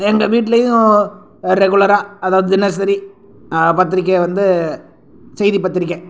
எங்கள் வீட்டிலையும் ரெகுலராக அதாவது தினசரி பத்திரிக்கையை வந்து செய்தி பத்திரிக்கை